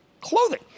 clothing